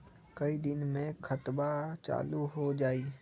कई दिन मे खतबा चालु हो जाई?